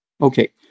Okay